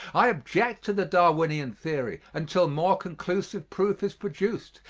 i object to the darwinian theory, until more conclusive proof is produced,